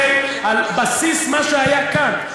על בסיס מה שהיה כאן,